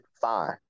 Fine